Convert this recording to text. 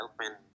helping